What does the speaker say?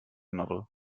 novel